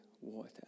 water